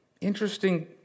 Interesting